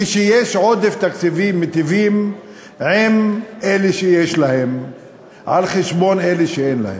כשיש עודף תקציבי מיטיבים עם אלה שיש להם על חשבון אלה שאין להם?